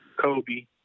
Kobe